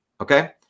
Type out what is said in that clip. Okay